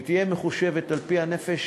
היא תהיה מחושבת על-פי הנפש